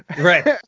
Right